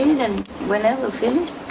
then whenever finished,